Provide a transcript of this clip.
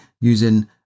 using